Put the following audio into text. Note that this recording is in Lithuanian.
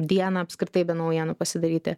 dieną apskritai be naujienų pasidaryti